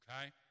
okay